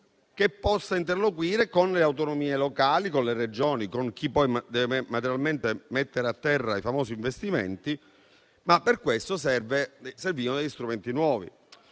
che possa interloquire con le autonomie locali, con le Regioni e con chi poi deve materialmente mettere a terra i famosi investimenti. Per questo servivano degli strumenti nuovi.